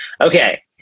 okay